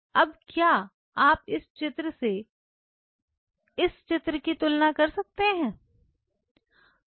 अब क्या आप इस चित्र से इस चित्र की तुलना कर सकते हैं